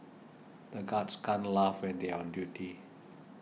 the guards can't laugh when they are on duty